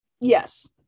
Yes